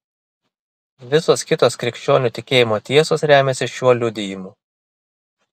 visos kitos krikščionių tikėjimo tiesos remiasi šiuo liudijimu